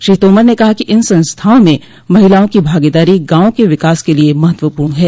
श्री तोमर ने कहा कि इन संस्थांओं में महिलाओं की भागोदारी गांव के विकास के लिए महत्वपूर्ण है